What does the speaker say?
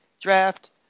draft